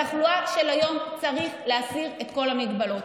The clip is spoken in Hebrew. בתחלואה של היום צריך להסיר את כל ההגבלות.